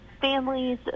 families